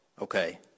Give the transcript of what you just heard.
Okay